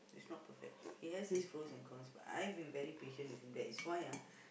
he's not perfect he has his pros and cons but I've been very patient with him that is why ah